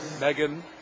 Megan